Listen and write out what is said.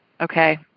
Okay